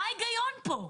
מה ההיגיון פה?